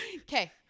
Okay